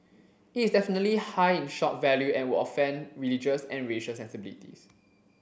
it is definitely high in shock value and would offend religious and racial sensibilities